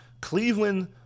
Cleveland